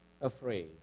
afraid